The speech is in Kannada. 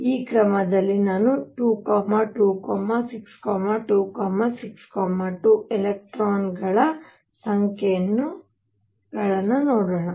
ಈ ಕ್ರಮದಲ್ಲಿ ನಾನು 2 2 6 2 6 2 ಎಲೆಕ್ಟ್ರಾನ್ಗಳ ಸಂಖ್ಯೆಯನ್ನು ನೋಡೋಣ